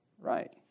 right